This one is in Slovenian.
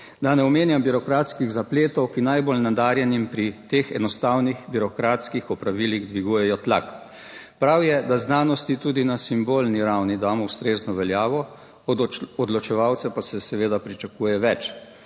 Da ne omenjam birokratskih zapletov, ki najbolj nadarjenim pri teh enostavnih birokratskih opravilih dvigujejo tlak. Prav je, da znanosti tudi na simbolni ravni damo ustrezno veljavo, od odločevalcev pa se seveda pričakuje več.